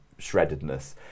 shreddedness